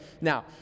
Now